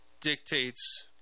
dictates